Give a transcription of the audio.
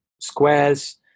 squares